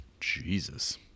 Jesus